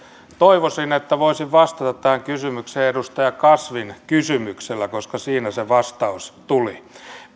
toivoisin että voisin vastata tähän kysymykseen edustaja kasvin kysymyksellä koska siinä se vastaus tuli